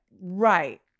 right